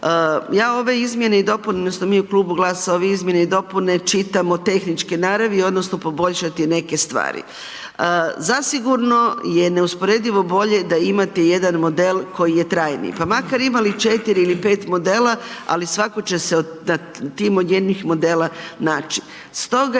ja ove izmjene i dopune, odnosno, mi u Klubu GLAS-a ove izmjene i dopune, čitamo tehničke naravi odnosno, poboljšati neke stvari. Zasigurno je neusporedivo bolje, da imate jedan model koji je trajniji, pa makar imali 4 ili 5 model, ali svatko će se na tim od jednih modela naći.